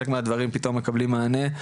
חלק מהדברים פתאום מקבלים מענה.